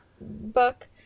Book